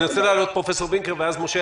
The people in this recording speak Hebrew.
אני רוצה להעלות את פרופ' וינקר ואז משה